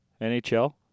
NHL